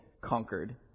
conquered